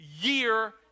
year